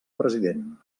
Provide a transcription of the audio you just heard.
president